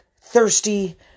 thirsty